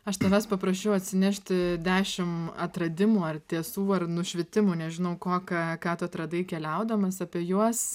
aš tavęs paprašiau atsinešti dešim atradimų ar tiesų ar nušvitimų nežinau ko ką ką tu atradai keliaudamas apie juos